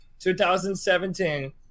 2017